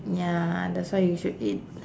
ya that's why you should eat